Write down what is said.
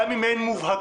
גם אם אין מובהקות.